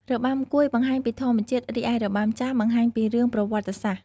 របាំកួយបង្ហាញពីធម្មជាតិ រីឯរបាំចាមបង្ហាញពីរឿងប្រវត្តិសាស្ត្រ។